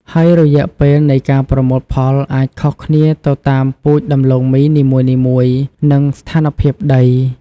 ហើយរយៈពេលនៃការប្រមូលផលអាចខុសគ្នាទៅតាមពូជដំឡូងមីនីមួយៗ និងស្ថានភាពដី។